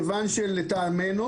כיוון שלטעמנו,